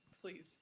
Please